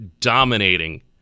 dominating